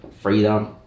freedom